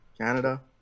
Canada